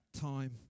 time